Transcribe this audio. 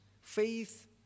Faith